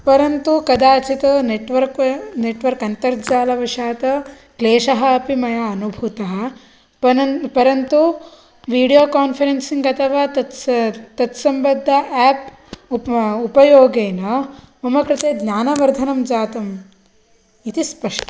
परन्तु कदाचित् network network अन्तर्जालवशात् क्लेशः अपि मया अनुभूतः परन्तु परन्तु वीडियो कोन्फ़रेन्सिङ्ग् अथवा तत् तत्सम्बद्ध एप् उपयोगेन मम कृते ज्ञानवर्धनं जातम् इति स्पष्टम्